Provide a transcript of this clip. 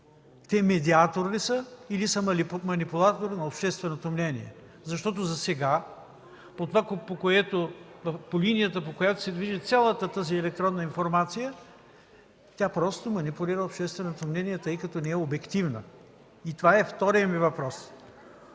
те медиатор ли са, или са манипулатор на общественото мнение”? Засега по линията, по която се движи цялата тази електронна информация, тя просто манипулира общественото мнение, тъй като не е обективна. И това е вторият ми въпрос: